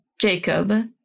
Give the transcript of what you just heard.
Jacob